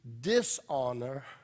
Dishonor